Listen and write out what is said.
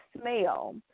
smell